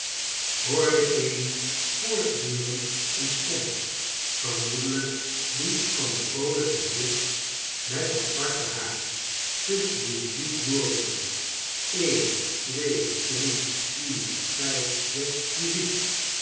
hoorde amy voortdurend een stem vermoedelijk die van den vroolijken heer met het zwarte haar tusschen de muziek door roepen een twee drie vier vijf zes muziek